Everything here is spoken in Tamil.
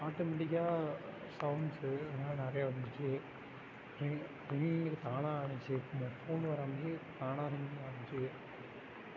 ஆட்டோமெட்டிக்காக சவுண்ட்ஸ்சு அதெல்லாம் நிறையா வந்துச்சு ரிங் ரிங்கு தானாக ஆகிச்சி அதில் ஃபோன் வராமையே தானாக ரிங் ஆகிச்சி